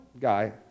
guy